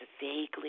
vaguely